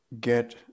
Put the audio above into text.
get